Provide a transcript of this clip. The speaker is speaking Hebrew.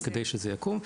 כדי שזה יקום,